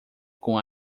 com